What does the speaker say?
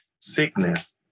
sickness